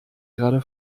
gerade